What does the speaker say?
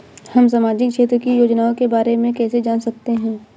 हम सामाजिक क्षेत्र की योजनाओं के बारे में कैसे जान सकते हैं?